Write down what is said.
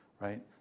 right